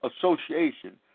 association